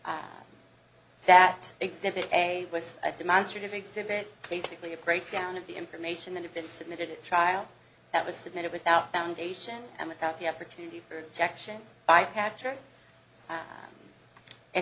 trial that exhibit a with a demonstrative exhibit basically a breakdown of the information that had been submitted child that was submitted without foundation and without the opportunity protection i capture it